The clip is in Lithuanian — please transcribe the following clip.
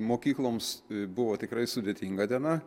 mokykloms buvo tikrai sudėtinga diena